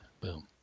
Boom